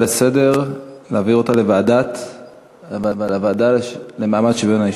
לסדר-היום לוועדה למעמד שוויון האישה.